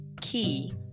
Key